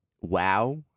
Wow